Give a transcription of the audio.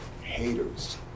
haters